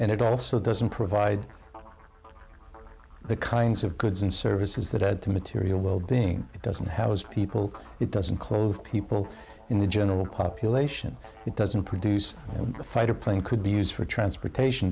and it also doesn't provide the kinds of goods and services that add to material well being it doesn't have people it doesn't close people in the general population it doesn't produce a fighter plane could be used for transportation